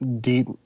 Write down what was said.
deep